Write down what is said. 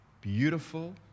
beautiful